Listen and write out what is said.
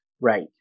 Right